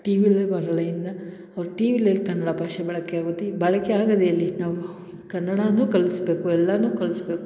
tea ವಿಲೆ ಬರಲ್ಲ ಇನ್ನು ಅವ್ರು ಟೀ ವಿಲಿ ಎಲ್ಲಿ ಕನ್ನಡ ಭಾಷೆ ಬಳಕೆ ಆಗುತ್ತೆ ಈ ಬಳಕೆ ಆಗೋದೆಲ್ಲಿ ನಾವು ಕನ್ನಡನೂ ಕಲಿಸ್ಬೇಕು ಎಲ್ಲನೂ ಕಲ್ಸ್ಬೇಕು